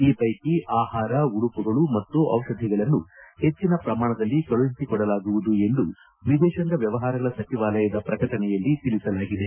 ಈ ಪೈಕಿ ಆಹಾರ ಉಡುಪುಗಳು ಮತ್ತು ದಿಷಧಿಗಳನ್ನು ಹೆಚ್ಚಿನ ಶ್ರಮಾಣದಲ್ಲಿ ಕಳುಹಿಸಿಕೊಡಲಾಗುವುದು ಎಂದು ವಿದೇಶಾಂಗ ವ್ಯವಹಾರಗಳ ಸಚಿವಾಲಯದ ಪ್ರಕಟಣೆಯಲ್ಲಿ ತಿಳಿಸಲಾಗಿದೆ